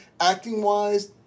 Acting-wise